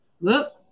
Look